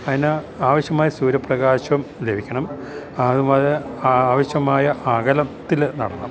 അതിന് ആവശ്യമായ സൂര്യപ്രകാശം ലഭിക്കണം അതുപോലെ ആവശ്യമായ അകലത്തില് നടണം